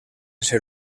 ser